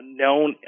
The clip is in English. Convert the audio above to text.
known